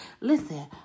listen